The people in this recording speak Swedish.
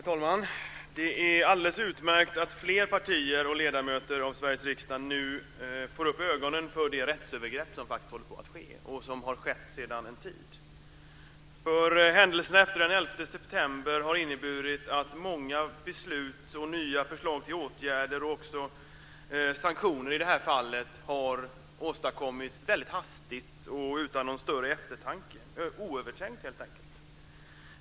Herr talman! Det är alldeles utmärkt att fler partier och ledamöter av Sveriges riksdag nu får upp ögonen för det rättsövergrepp som faktiskt håller på att ske och som har pågått sedan en tid. Händelserna efter den 11 september har inneburit att många beslut, nya förslag till åtgärder och i det här fallet också sanktioner har åstadkommits väldigt hastigt och utan någon större eftertanke - oövertänkt, helt enkelt.